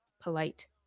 polite